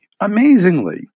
amazingly